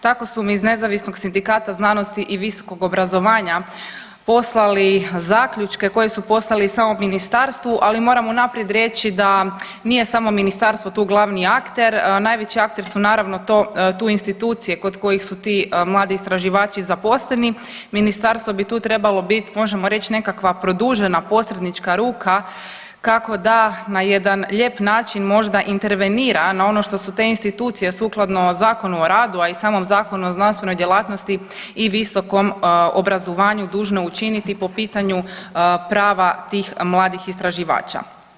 Tako su mi iz nezavisnog sindikata znanosti i visokog obrazovanja poslali zaključke koje su poslali samo ministarstvu, ali moram unaprijed reći da nije samo Ministarstvo tu glavni akter, najveći akter su naravno to, tu institucije kod kojih su ti mladi istraživači zaposleni, Ministarstvo bi tu trebalo bit, možemo reći, nekakva produžena posrednička ruka kako da na jedan lijep način možda intervenira na ono što su te institucije sukladno Zakonu o radu a i samom Zakonu o znanstvenoj djelatnosti i visokom obrazovanju dužne učiniti po pitanju prava tih mladih istraživača.